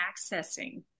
accessing